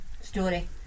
story